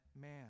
man